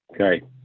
Okay